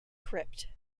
crypt